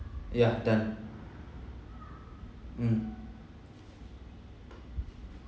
yeah done mm